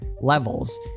levels